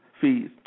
Fees